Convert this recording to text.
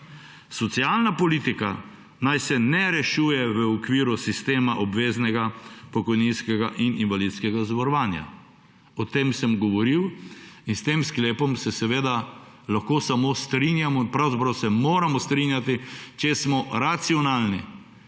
socialna politika naj se ne rešuje v okviru sistema obveznega pokojninskega in invalidskega zavarovanja. O tem sem govoril in s tem sklepom se seveda lahko samo strinjamo, pravzaprav se moramo strinjati, če smo racionalni.